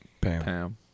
Pam